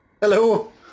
Hello